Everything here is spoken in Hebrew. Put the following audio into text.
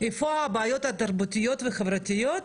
איפה הבעיות התרבותיות והחברתיות,